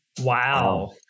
Wow